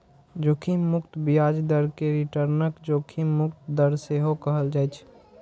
जोखिम मुक्त ब्याज दर कें रिटर्नक जोखिम मुक्त दर सेहो कहल जाइ छै